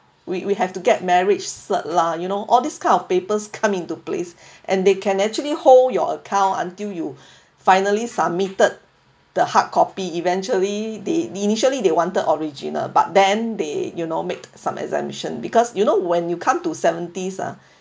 we we have to get marriage cert lah you know all these kind of papers come into place and they can actually hold your account until you finally submitted the hard copy eventually they initially they wanted original but then they you know make some exemption because you know when you come to seventies ah